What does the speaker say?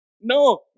No